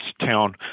town